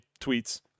tweets